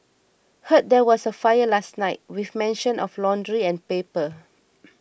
heard there was a fire last night with mention of laundry and paper